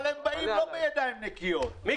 אבל הם באים לא בידיים נקיות.